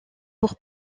pour